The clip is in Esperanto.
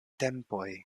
tempoj